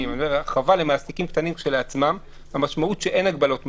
שאין הגבלות מלאות,